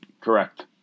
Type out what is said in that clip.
Correct